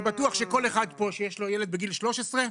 אני בטוח שכל אחד פה שיש לו ילד בגיל 13,